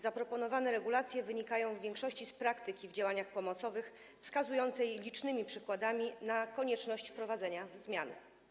Zaproponowane regulacje wynikają w większości z praktyki w działaniach pomocowych wskazującej licznymi przykładami na konieczność wprowadzenia zmian.